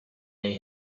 they